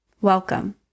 Welcome